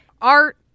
Art